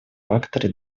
факторы